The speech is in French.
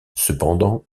cependant